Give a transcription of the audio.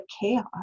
chaos